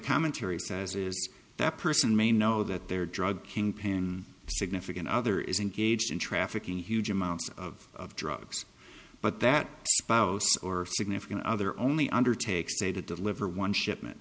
commentary says is that person may know that their drug kingpin significant other is engaged in trafficking huge amounts of drugs but that spouse or significant other only undertakes a to deliver one shipment